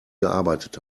gearbeitet